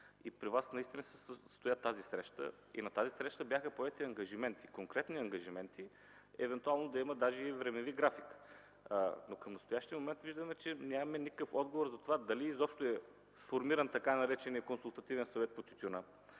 и срещата се състоя наистина при Вас. На тази среща бяха поети конкретни ангажименти евентуално да има дори времеви график. Към настоящия момент обаче виждаме, че нямаме никакъв отговор за това дали изобщо е сформиран така наречения Консултативен съвет по тютюна,